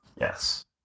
Yes